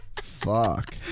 Fuck